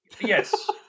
Yes